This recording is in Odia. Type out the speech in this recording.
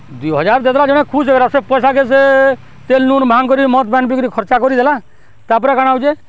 ଦୁଇ ହଜାର୍ ଦେଇ ଦେଲା ଜଣେ ଖୁସ ହେଇଗଲା ସେ ପଏସାକେ ସେ ତେଲ୍ ଲୁନ୍ ଭାଙ୍ଗ୍ କରିି ମଦ୍ ପାଏନ୍ ବିକି ଖର୍ଚ୍ଚ କରିଦେଲା ତାପରେ କାଣା ହଉଚେ